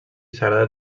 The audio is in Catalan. sagrada